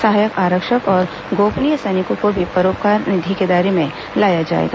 सहायक आरक्षक और गोपनीय सैनिकों को भी परोपकार निधि के दायरे में लाया जाएगा